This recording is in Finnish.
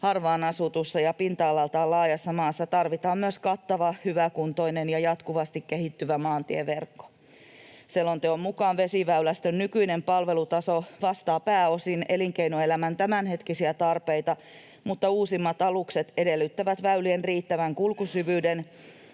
harvaan asutussa ja pinta-alaltaan laajassa maassa tarvitaan myös kattava, hyväkuntoinen ja jatkuvasti kehittyvä maantieverkko. Selonteon mukaan vesiväylästön nykyinen palvelutaso vastaa pääosin elinkeinoelämän tämänhetkisiä tarpeita, mutta uusimmat alukset edellyttävät väylien riittävän kulkusyvyyden